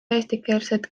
eestikeelset